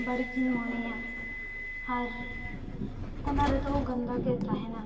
ᱵᱟᱹᱲᱤᱡᱼᱤᱧ ᱢᱚᱱᱮᱭᱟ ᱟᱨ ᱚᱱᱟᱨᱮᱫᱚ ᱜᱟᱱᱫᱟᱜᱮ ᱛᱟᱦᱮᱱᱟ